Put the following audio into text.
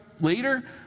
later